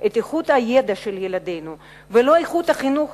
את איכות הידע של ילדינו ולא את איכות החינוך